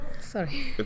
Sorry